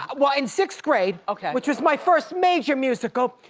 ah well, in sixth grade. okay. which was my first major musical.